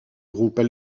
groupes